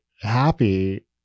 happy